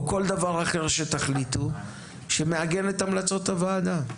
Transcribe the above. או כל דבר שתחליטו שמעגן את המלצות הוועדה?